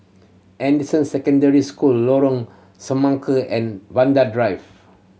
Anderson Secondary School Lorong Semangka and Vanda Drive